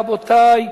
רבותי,